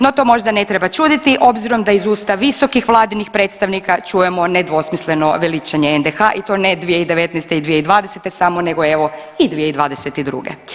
No to možda ne treba čuditi obzirom da iz usta visokih vladinih predstavnika čujemo nedvosmisleno veličanje NDH i to ne 2019. i 2020. samo, nego i 2022.